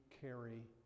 carry